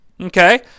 okay